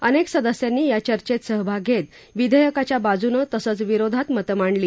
अनेक सदस्यांनी या चर्चेत सहभाग घेत विधेयकाच्या बाजूने तसंच विरोधात मत मांडली